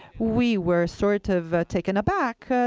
we were sort of taken aback.